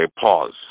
pause